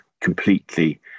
completely